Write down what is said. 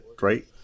right